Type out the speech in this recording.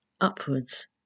upwards